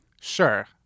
Sure